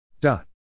Dot